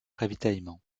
ravitaillement